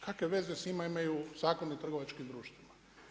Kakve veze s njima imaju Zakon o trgovačkim društvima?